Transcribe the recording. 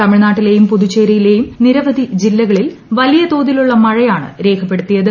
തമിഴ്നാട്ടിലെയും പുതുച്ചേരിയിലെയും നിരവധി ജില്ലകളിൽ വലിയതോതിലുള്ള മഴയാണ് രേഖപ്പെടുത്തിയത്